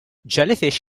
jellyfish